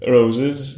Roses